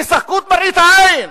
תשחקו את מראית העין.